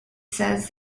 says